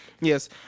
Yes